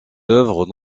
œuvres